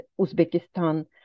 Uzbekistan